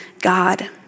God